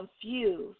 confused